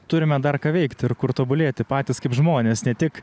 turime dar ką veikt ir kur tobulėti patys kaip žmonės ne tik